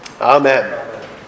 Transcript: Amen